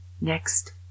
next